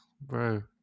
bro